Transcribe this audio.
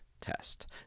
test